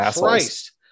Christ